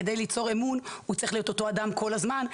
כדי ליצור אמון הוא צריך להיות אותו אדם כל הזמן,